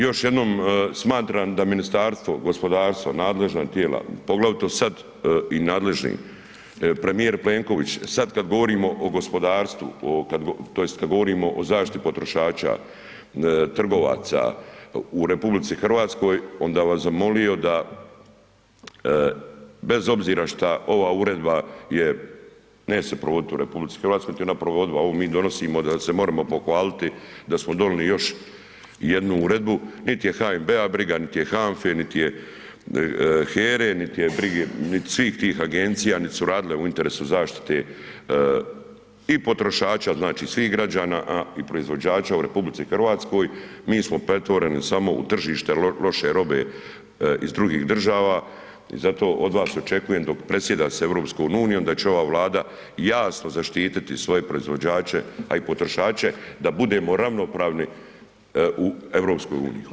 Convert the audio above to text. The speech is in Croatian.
Još jednom smatram da Ministarstvo gospodarstva, nadležna tijela, poglavito sad i nadležni premijer Plenković, sad kad govorimo o gospodarstvu o tj. kad govorimo o zaštiti potrošača, trgovaca u RH onda bi vas zamolio da bez obzira šta ova uredba je, neće se provodit u RH, niti je ona provodiva, ovo mi donosimo da se moremo pohvaliti da smo donili još jednu uredbu, nit je NHB-a briga, nit je HANFA-e, nit je HERA-e, nit je brige, nit svih tih agencija, nit su radile u interesu zaštite i potrošača, znači svih građana i proizvođača u RH, mi smo pretvoreni samo u tržište loše robe iz drugih država i zato od vas očekujem dok predsjeda se EU da će ova Vlada jasno zaštititi svoje proizvođače, a i potrošače da budemo ravnopravni u EU.